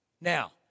Now